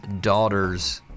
Daughters